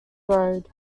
road